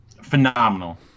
phenomenal